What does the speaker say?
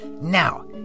Now